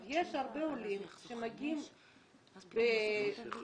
יש הרבה עולים שמגיעים כסטודנטים,